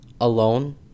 alone